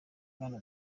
bwana